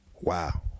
Wow